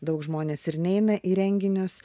daug žmonės ir neina į renginius